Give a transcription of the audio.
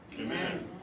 Amen